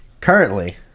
Currently